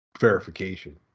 verification